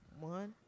one